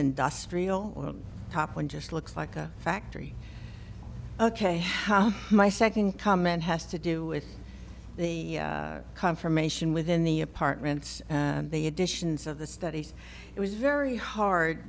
industrial top one just looks like a factory ok my second comment has to do with the conformation within the apartments and the additions of the studies it was very hard